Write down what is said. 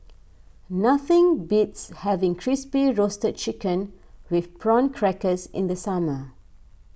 nothing beats having Crispy Roasted Chicken with Prawn Crackers in the summer